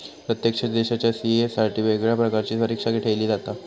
प्रत्येक देशाच्या सी.ए साठी वेगवेगळ्या प्रकारची परीक्षा ठेयली जाता